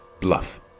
bluff